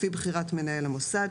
לפי בחירת מנהל המוסד.